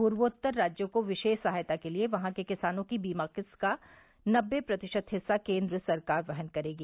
पूर्वोत्तर राज्यों को विशेष सहायता के लिए वहां के किसानों की बीमा किस्त का नबे प्रतिशत हिस्सा केन्द्र सरकार वहन करेगी